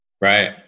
Right